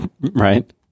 Right